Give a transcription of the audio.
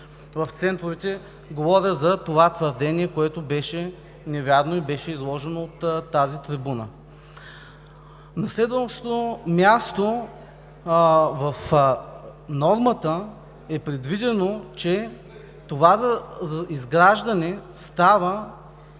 ниско – говоря за това твърдение, което беше невярно и беше изложено от тази трибуна. На следващо място, в нормата е предвидено, че това изграждане става